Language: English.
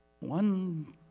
One